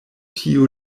tiu